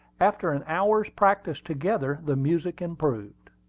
after an hour's practice together the music improved.